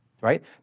right